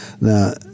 now